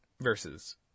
versus